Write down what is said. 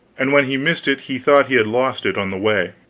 and when he missed it he thought he had lost it on the way.